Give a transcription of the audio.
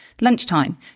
Lunchtime